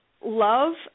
love